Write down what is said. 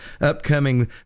upcoming